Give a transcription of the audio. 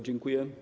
Dziękuję.